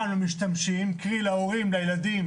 גם למשתמשים, קרי להורים, לילדים